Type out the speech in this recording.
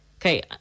Okay